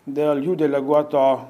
dėl jų deleguoto